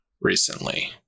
recently